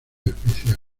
especial